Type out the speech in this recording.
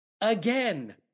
again